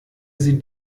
sie